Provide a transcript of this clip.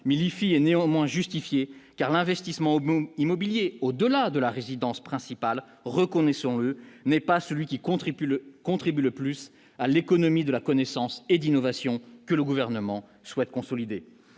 fille et néanmoins justifié car l'investissement augmente immobilier au-delà de la résidence principale, reconnaissons-le, n'est pas celui qui contribue le contribuent le plus à l'économie de la connaissance et d'innovation, que le gouvernement souhaite consolider,